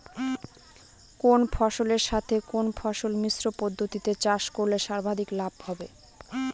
কোন ফসলের সাথে কোন ফসল মিশ্র পদ্ধতিতে চাষ করলে সর্বাধিক লাভ হবে?